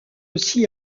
aussi